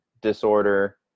disorder